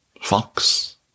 fox